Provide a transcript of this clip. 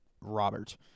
Robert